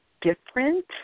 different